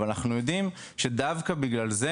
אבל אנחנו יודעים שדווקא בגלל זה,